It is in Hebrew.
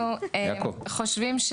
אנחנו חושבים,